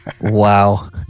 Wow